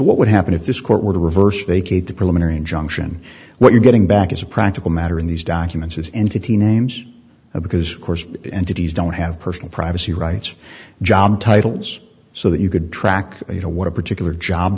what would happen if this court were to reverse they kate the preliminary injunction what you're getting back as a practical matter in these documents is entity names because of course entities don't have personal privacy rights job titles so that you could track you know what a particular job